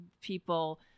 people